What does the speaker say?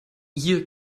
ihr